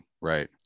Right